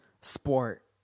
sport